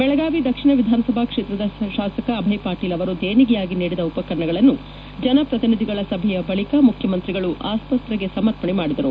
ಬೆಳಗಾವಿ ದಕ್ಷಿಣ ವಿಧಾನಸಭಾ ಕ್ಷೇತ್ರದ ಶಾಸಕ ಅಭಯ್ ಪಾಟೀಲ್ ಅವರು ದೇಣಿಗೆಯಾಗಿ ನೀಡಿದ ಉಪಕರಣಗಳನ್ನು ಜನಪ್ರತಿನಿಧಿಗಳ ಸಭೆಯ ಬಳಿಕ ಮುಖ್ಯಮಂತ್ರಿಗಳು ಆಸ್ವತ್ರೆಗೆ ಸಮರ್ಪಣೆ ಮಾಡಿದರು